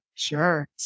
Sure